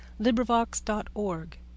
LibriVox.org